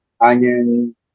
Onion